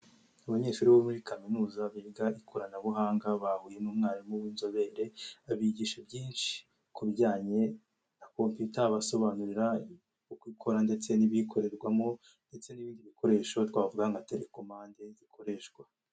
Abanyeshuri bo muri kaminuza biga ikoranabuhanga bahuye n'umwarimu w'inzobere abigisha byinshi ku bijyanye na Kompiyuta abasobanurira uko ikora ndetse n'ibiyikorerwamo ndetse n'ibindi bikoresho twavuga nka telekomande zikoreshwa